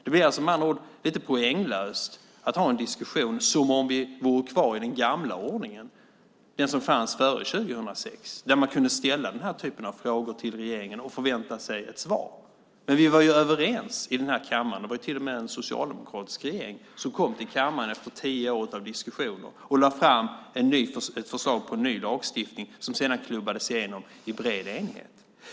Det blir med andra ord lite poänglöst att ha en diskussion som om vi vore kvar i den gamla ordningen, den som fanns före 2006, där man kunde ställa den typen av frågor till regeringen och förvänta sig ett svar. Vi var överens i kammaren. Det var till och med en socialdemokratisk regering som kom till kammaren efter tio år av diskussioner och lade fram ett förslag till ny lagstiftning som sedan klubbades igenom i bred enighet.